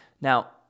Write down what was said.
Now